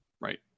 Right